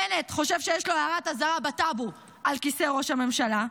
בנט חושב שיש לו הערת אזהרה בטאבו על כיסא ראש הממשלה,